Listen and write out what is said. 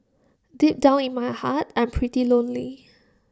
deep down in my heart I'm pretty lonely